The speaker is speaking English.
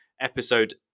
episode